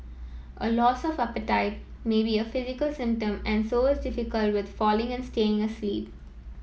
a loss of appetite may be a physical symptom and so is difficult with falling and staying asleep